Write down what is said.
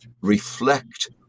reflect